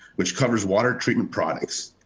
which covers water treatment products.